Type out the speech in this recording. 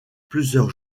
plusieurs